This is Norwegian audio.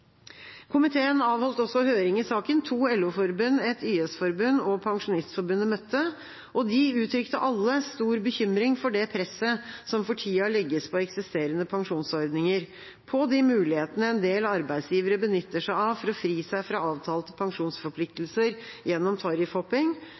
Komiteen avholdt også høring i saken. To LO-forbund, ett YS-forbund og Pensjonistforbundet møtte. De uttrykte alle stor bekymring for det presset som for tida legges på eksisterende pensjonsordninger, de mulighetene en del arbeidsgivere benytter seg av for å fri seg fra avtalte